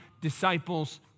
disciples